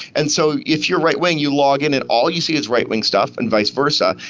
and so if you are right-wing you log in and all you see is right-wing stuff and vice versa,